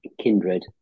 Kindred